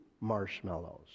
marshmallows